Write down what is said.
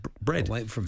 bread